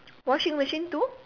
washing machine too